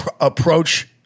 approach